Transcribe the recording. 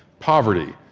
poverty,